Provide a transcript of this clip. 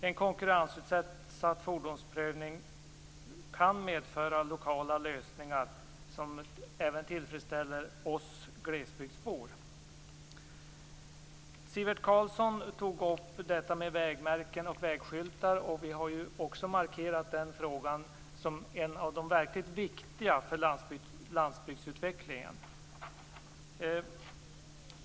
En konkurrensutsatt fordonsprövning kan medföra lokala lösningar som även tillfredsställer oss glesbygdsbor. Sivert Carlsson tog upp detta med vägmärken och vägskyltar. Vi har markerat den frågan som en av de verkligt viktiga för landsbygdsutvecklingen.